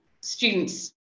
students